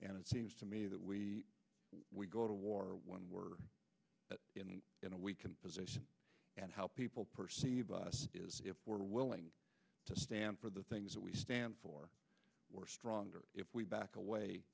and it seems to me that we we go to war when we're in a weakened position and how people perceive us is if we're willing to stand for the things that we stand for we're stronger if we back away